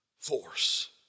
force